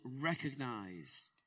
recognize